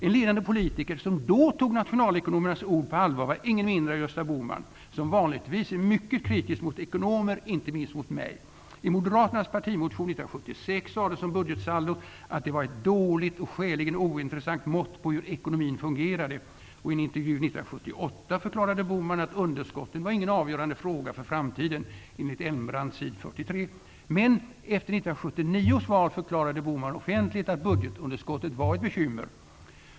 En ledande politiker som då tog nationalekonomernas ord på allvar var ingen mindre än Gösta Bohman, som vanligtvis är mycket kritisk mot ekonomer, inte minst mot mig. I moderaternas partimotion l976 sades om budgetsaldot att det var ett ''dåligt och skäligen ointressant'' mått på hur ekonomin fungerade. Och i en intervju l978 förklarade Bohman att underskotten inte var någon avgörande fråga för framtiden . Men efter l979 års val förklarade Bohman offentligt att budgetunderskottet var ett bekymmer.